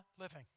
living